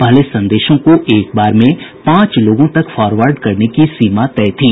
पहले संदेशों को एक बार में पांच लोगों तक फॉरवर्ड करने की सीमा तय थी